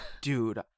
dude